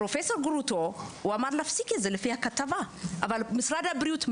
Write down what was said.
פרופסור גרוטו אמר להפסיק את זה אבל משרד הבריאות ממשיך.